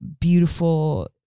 beautiful